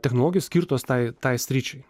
technologijos skirtos tai tai sričiai